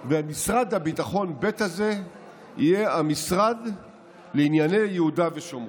ומשרד הביטחון ב' הזה יהיה המשרד לענייני יהודה ושומרון.